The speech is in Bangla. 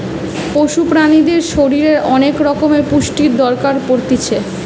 পশু প্রাণীদের শরীরের অনেক রকমের পুষ্টির দরকার পড়তিছে